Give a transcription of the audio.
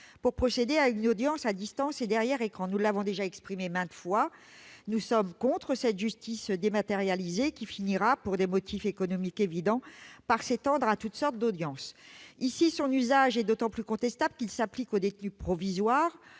pour procéder à une audience à distance et derrière un écran. Nous l'avons déjà exprimé maintes fois : nous sommes contre cette justice dématérialisée, qui finira, pour des motifs économiques évidents, par s'étendre à toutes sortes d'audiences. En l'espèce, son usage est d'autant plus contestable qu'il s'applique aux détenus provisoires.